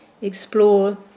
explore